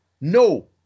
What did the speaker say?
no